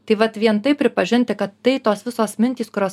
tai vat vien tai pripažinti kad tai tos visos mintys kurios